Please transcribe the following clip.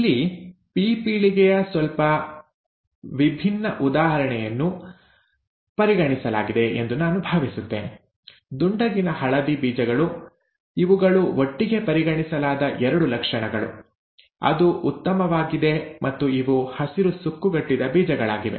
ಇಲ್ಲಿ ಪಿ ಪೀಳಿಗೆಯ ಸ್ವಲ್ಪ ವಿಭಿನ್ನ ಉದಾಹರಣೆಯನ್ನು ಪರಿಗಣಿಸಲಾಗಿದೆ ಎಂದು ನಾನು ಭಾವಿಸುತ್ತೇನೆ ದುಂಡಗಿನ ಹಳದಿ ಬೀಜಗಳು ಇವುಗಳು ಒಟ್ಟಿಗೆ ಪರಿಗಣಿಸಲಾದ ಎರಡು ಲಕ್ಷಣಗಳು ಅದು ಉತ್ತಮವಾಗಿದೆ ಮತ್ತು ಇವು ಹಸಿರು ಸುಕ್ಕುಗಟ್ಟಿದ ಬೀಜಗಳಾಗಿವೆ